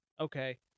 okay